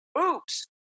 oops